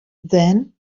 then